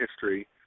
history